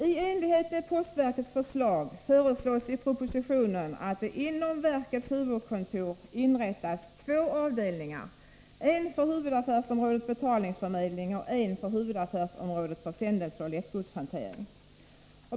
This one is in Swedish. I enlighet med postverkets förslag föreslås i propositionen att det inom verkets huvudkontor inrättas två avdelningar — en för huvudaffärsområdet Betalningsförmedling och en för huvudaffärsområdet Försändelseoch lättgodshantering.